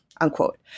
unquote